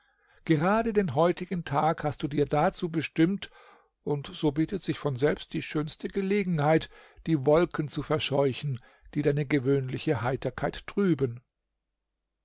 gerade den heutigen tag hast du dir dazu bestimmt und so bietet sich von selbst die schönste gelegenheit die wolken zu verscheuchen die deine gewöhnliche heiterkeit trüben